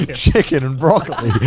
chicken and broccoli.